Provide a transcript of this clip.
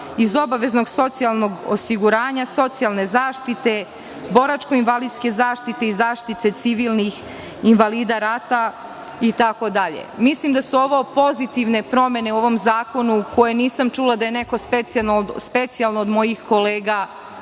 iz obaveznog socijalnog osiguranja, socijalne zaštite, boračko-invalidske zaštite i zaštite civilnih invalida rata itd. Mislim da su ovo pozitivne promene u ovom zakonu, koje nisam čula da je neko specijalno neko od mojih kolega